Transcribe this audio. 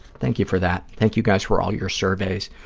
thank you for that. thank you, guys, for all your surveys.